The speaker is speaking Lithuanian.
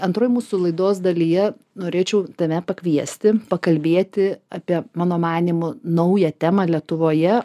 antroj mūsų laidos dalyje norėčiau tave pakviesti pakalbėti apie mano manymu naują temą lietuvoje